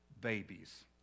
babies